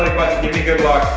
give me good luck.